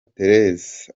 thérèse